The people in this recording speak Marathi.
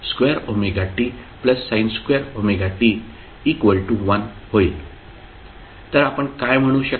तर आपण काय म्हणू शकता